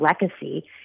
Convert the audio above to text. legacy